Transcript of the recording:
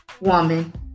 Woman